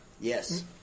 Yes